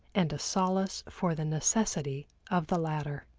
and a solace for the necessity of the latter.